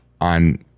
on